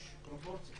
יש פרופורציות.